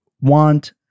want